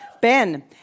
Ben